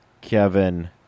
Kevin